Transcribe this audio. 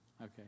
Okay